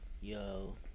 yo